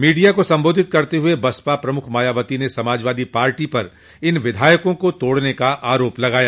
media को संबोधित करते हुए बसपा प्रमुख मायावती ने समाजवादी पार्टी पर इन विधायकों को तोड़ने का आरोप लगाया